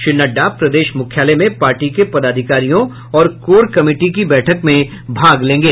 श्री नड्डा प्रदेश मुख्यालय में पार्टी के पदाधिकारियों और कोर कमिटी की बैठक में भाग लेंगे